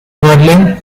berlin